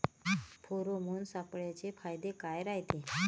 Pheromone सापळ्याचे फायदे काय रायते?